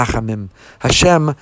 Hashem